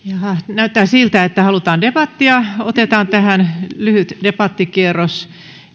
näyttää siltä että halutaan debattia otetaan tähän lyhyt debattikierros